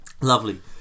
lovely